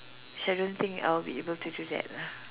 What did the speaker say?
which I don't think I'll be able to do that lah